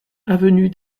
avenue